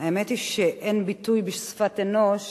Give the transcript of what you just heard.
האמת היא שאין ביטוי בשפת אנוש